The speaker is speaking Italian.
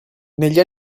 negli